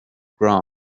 ground